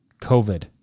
COVID